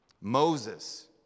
Moses